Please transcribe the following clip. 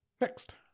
Next